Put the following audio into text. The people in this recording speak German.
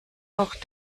noch